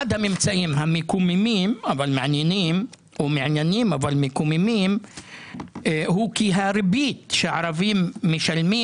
אחד הממצאים המעניינים אבל מקוממים הוא כי "הריבית שערבים משלמים